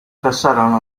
passarono